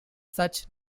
such